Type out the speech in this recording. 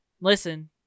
listen